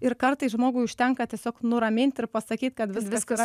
ir kartais žmogui užtenka tiesiog nuramint ir pasakyt kad viskas